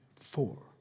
four